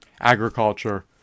agriculture